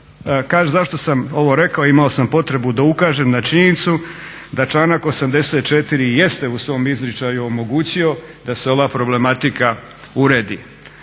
kažem zašto sam ovo rekao, imao sam potrebu da ukažem na činjenicu da članak 84.jest u svom izričaju omogućio da se ova problematika uredi.